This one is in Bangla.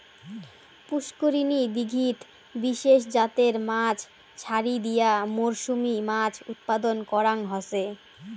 পুষ্করিনী, দীঘিত বিশেষ জাতের মাছ ছাড়ি দিয়া মরসুমী মাছ উৎপাদন করাং হসে